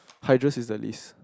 hydra is the least